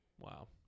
Wow